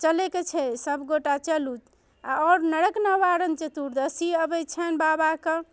चलैके छै सभगोटा चलू आओर नरक निवारण चतुर्दशी आबै छनि बाबाके